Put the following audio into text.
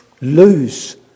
lose